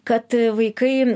kad vaikai